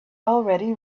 already